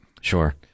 Sure